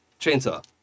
chainsaw